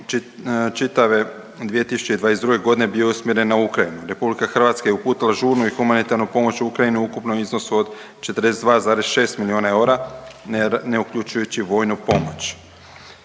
čitave 2022.g. bio je usmjeren na Ukrajinu. RH je uputila žurnu i humanitarnu pomoć u Ukrajinu u ukupnom iznosu od 42,6 milijuna eura ne uključujući vojnu pomoć.